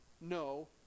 no